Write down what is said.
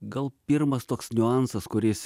gal pirmas toks niuansas kuris